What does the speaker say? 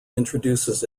introduces